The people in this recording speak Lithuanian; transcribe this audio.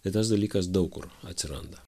tai tas dalykas daug kur atsiranda